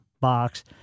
box